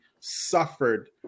suffered